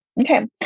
Okay